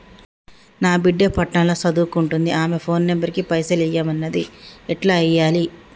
నా బిడ్డే పట్నం ల సదువుకుంటుంది ఆమె ఫోన్ నంబర్ కి పైసల్ ఎయ్యమన్నది ఎట్ల ఎయ్యాలి?